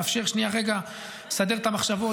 מאפשרת שנייה רגע לסדר את המחשבות,